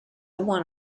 one